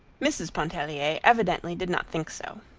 mrs. pontellier evidently did not think so.